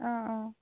অঁ অঁ